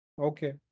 okay